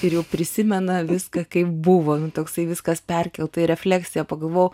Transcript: ir jau prisimena viską kaip buvo nu toksai viskas perkelta į refleksiją pagalvojau